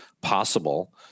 possible